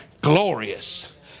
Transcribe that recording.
glorious